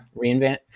reinvent